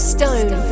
Stone